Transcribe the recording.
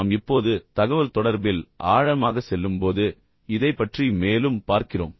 நாம் இப்போது தகவல் தொடர்பில் ஆழமாக செல்லும்போது இதைப் பற்றி மேலும் பார்க்கிறோம்